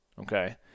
okay